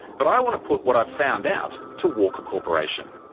but i want to put what i've found out to walker corporation.